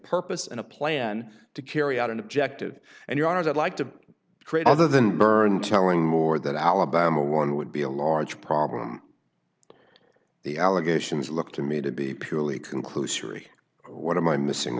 purpose and a plan to carry out an objective and your honors i'd like to create other than burn telling more that alabama one would be a large problem the allegations look to me to be purely conclusory what am i missing